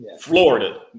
Florida